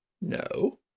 No